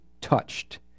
touched